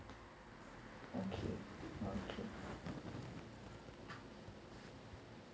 okay okay